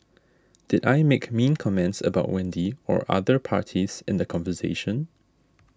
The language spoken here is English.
did I make mean comments about Wendy or other parties in the conversation